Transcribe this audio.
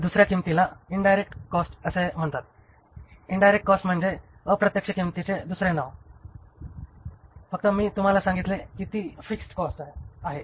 तर दुसर्या किंमतीला इन्डायरेक्ट कॉस्ट असे म्हणतात इन्डायरेक्ट कॉस्ट म्हणजे अप्रत्यक्ष किंमतीचे दुसरे नाव फक्त मी तुम्हाला सांगितले की ती फिक्स्ड कॉस्ट आहे